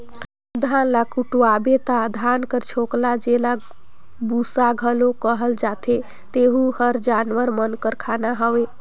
धान ल कुटवाबे ता धान कर छोकला जेला बूसा घलो कहल जाथे तेहू हर जानवर मन कर खाना हवे